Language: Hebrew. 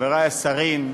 חברי השרים,